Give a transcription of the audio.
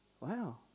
wow